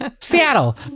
Seattle